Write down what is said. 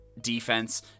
defense